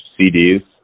CDs